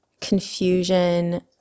confusion